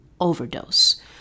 Overdose